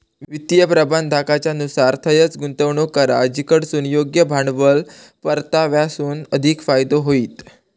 वित्तीय प्रबंधाकाच्या नुसार थंयंच गुंतवणूक करा जिकडसून योग्य भांडवल परताव्यासून अधिक फायदो होईत